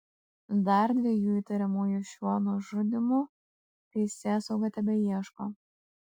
dar dviejų įtariamųjų šiuo nužudymu teisėsauga tebeieško